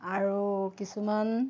আৰু কিছুমান